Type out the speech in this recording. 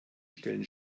stellen